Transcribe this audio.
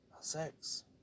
sex